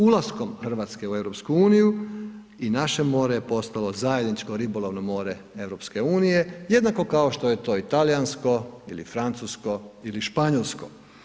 Ulaskom Hrvatske u EU i naše more je postalo zajedničko ribolovno more EU jednako kao što je to i talijansko ili francusko ili španjolsko.